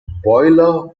boiler